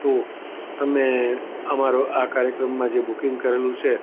તો તમે અમારો આ કાર્યક્રમમાં જે બુકિંગ કરેલું છે